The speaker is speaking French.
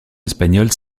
espagnols